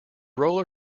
roller